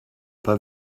pas